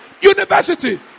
university